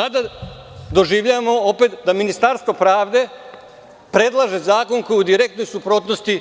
Sada doživljavamo opet da Ministarstvo pravde predlaže zakon koji je u direktnoj suprotnosti